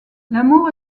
l’amour